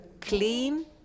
clean